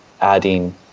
adding